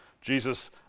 Jesus